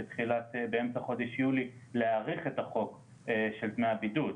באמצע חודש יולי להאריך את החוק של דמי הבידוד.